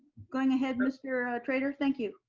going ahead, mr. trader. thank you.